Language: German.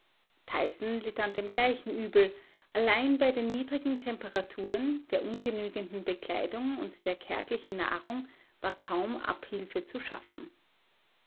litt an dem gleichen übel allein bei den niedrigen temperaturen der ungenügenden bekleidung und der kärglichen nahrung war kaum abhilfe zu schaffen